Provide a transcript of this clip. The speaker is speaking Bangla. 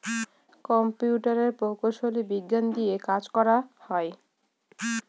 কম্পিউটারের প্রকৌশলী বিজ্ঞান দিয়ে কাজ করা হয়